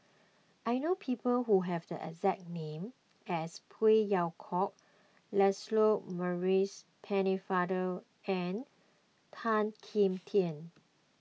I know people who have the exact name as Phey Yew Kok Lancelot Maurice Pennefather and Tan Kim Tian